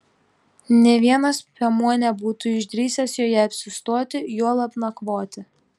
nė vienas piemuo nebūtų išdrįsęs joje apsistoti juolab nakvoti